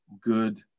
good